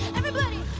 everybody!